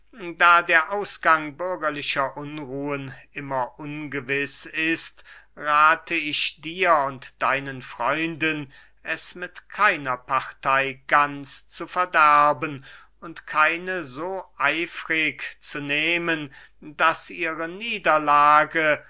da der ausgang bürgerlicher unruhen immer ungewiß ist rathe ich dir und deinen freunden es mit keiner partey ganz zu verderben und keine so eifrig zu nehmen daß ihre niederlage